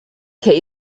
key